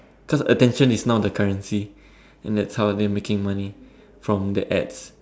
cause attention is now the currency and that's how they are making money from the ads